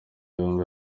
yombi